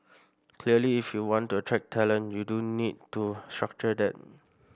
clearly if you want to attract talent you do need to structure that